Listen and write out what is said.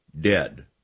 Dead